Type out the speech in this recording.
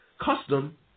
custom